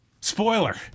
Spoiler